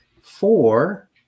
Four